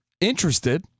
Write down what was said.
interested